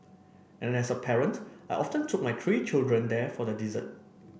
and as a parent I often took my three children there for the dessert